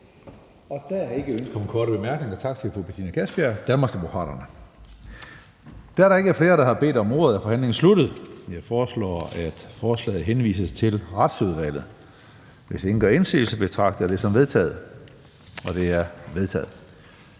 Der er ikke ønske om korte bemærkninger. Tak til fru Betina Kastbjerg, Danmarksdemokraterne. Da der ikke er flere, der har bedt om ordet, er forhandlingen sluttet. Jeg foreslår, at forslaget til folketingsbeslutning henvises til Retsudvalget. Hvis ingen gør indsigelse, betragter jeg det som vedtaget. Det er vedtaget.